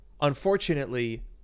unfortunately